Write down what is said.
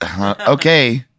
okay